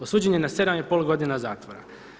Osuđen je na 7,5 godina zatvora.